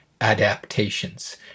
adaptations